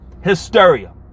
hysteria